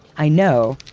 i know,